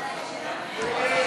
הכנסת יעל גרמן